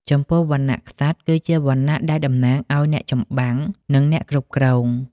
ចំពោះវណ្ណៈក្សត្រ គឺជាវណ្ណៈដែលតំណាងឲ្យអ្នកចម្បាំង និងអ្នកគ្រប់គ្រង។